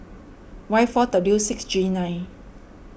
Y four W six G nine